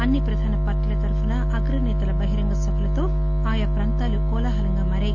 అన్ని ప్రధాన పార్టీల తరఫున అగ్రనేతల బహిరంగ సభలతో ఆయా ప్రాంతాలు కోలాహలంగా మారాయి